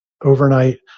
overnight